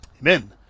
Amen